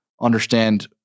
understand